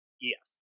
Yes